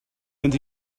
mynd